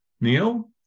Neil